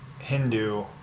Hindu